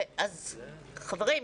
חברים,